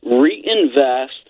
reinvest